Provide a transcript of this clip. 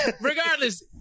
regardless